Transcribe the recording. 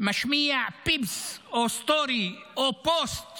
משמיע פיפס או סטורי או פוסט